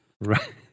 Right